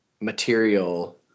material